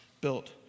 built